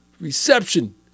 reception